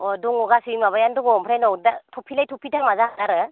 अह दङ गासै माबायानो दङ आमफ्रायनाव दा थफि लाय थफि दामा जागोन आरो